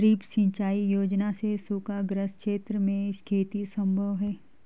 drip सिंचाई योजना से सूखाग्रस्त क्षेत्र में खेती सम्भव है